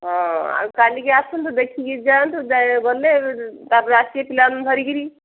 ହଁ ଆଉ କାଲିକି ଆସନ୍ତୁ ଦେଖିକି ଯାଆନ୍ତୁ ଗଲେ ତାପରେ ଆସିବେ ପିଲାମାନଙ୍କୁ ଧରି କିରି